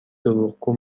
دروغگو